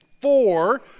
four